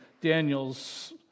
Daniel's